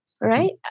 right